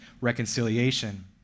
reconciliation